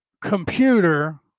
computer